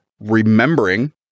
Remembering